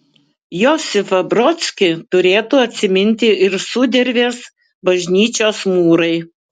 josifą brodskį turėtų atsiminti ir sudervės bažnyčios mūrai